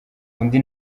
undi